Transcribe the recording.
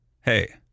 hey